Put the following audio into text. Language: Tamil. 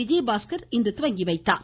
விஜயபாஸ்கர் இன்று துவங்கி வைத்தார்